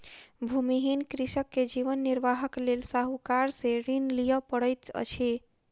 भूमिहीन कृषक के जीवन निर्वाहक लेल साहूकार से ऋण लिअ पड़ैत अछि